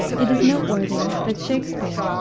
it is noteworthy that shakspere,